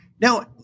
now